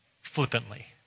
flippantly